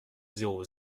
zéro